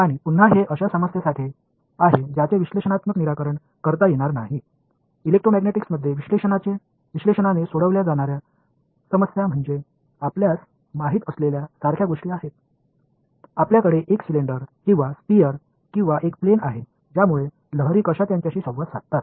आणि पुन्हा हे अशा समस्यांसाठी आहे ज्याचे विश्लेषणात्मक निराकरण करता येणार नाही इलेक्ट्रोमॅग्नेटिक्समध्ये विश्लेषणाने सोडवल्या जाणार्या समस्या म्हणजे आपल्यास माहित असलेल्या सारख्या गोष्टी आहेत आपल्याकडे एक सिलेंडर किंवा स्फिअर किंवा एक प्लेन आहे ज्यामुळे लहरी कशा यांच्याशी संवाद साधतात